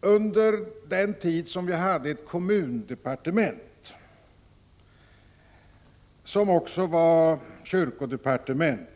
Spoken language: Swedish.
På den tiden då vi hade ett kommundepartement, eller kyrkodepartement,